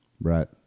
right